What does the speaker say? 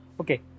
Okay